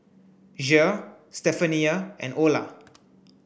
Jere Stephania and Ola